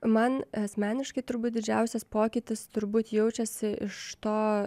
man asmeniškai turbūt didžiausias pokytis turbūt jaučiasi iš to